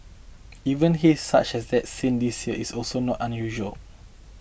even haze such as that seen this year is also not unusual